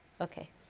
Okay